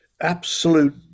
absolute